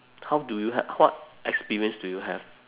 how do you ha~ what experience do you have